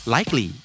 Likely